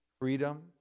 freedom